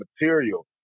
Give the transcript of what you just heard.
material